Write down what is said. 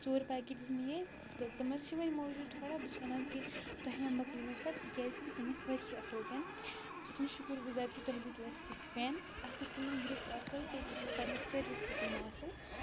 ژور پَکٮ۪ٹٕز نِیے تہٕ تٕم حظ چھِ وَنۍ موٗجوٗد تھوڑا بہٕ چھَس وَنان کہِ تۄہہِ ما مکلٕنیو پَت تِکیٛازِکہِ تِم ٲسۍ وارِیاہ اَصٕل پٮ۪ن بہٕ چھُس تُہُنٛد شُکُر گُزار کہِ تۄہہِ دِتو اَسہِ یِتھ پٮ۪ن اَکھ ٲس تِمَن گِرٛپ تہِ اَصٕل بیٚیہِ دِژٕکھ پَنٕنۍ سٔروِس تہِ تِمو اَصٕل